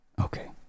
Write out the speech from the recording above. okay